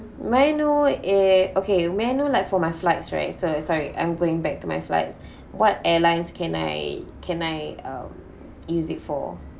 may I know it okay may I know like for my flights right sorry sorry I'm going back to my flights what airlines can I can I um use it for